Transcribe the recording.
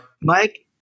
Mike